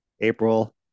April